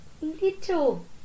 little